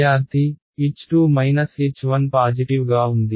విద్యార్థి H2 H1 positive గా ఉంది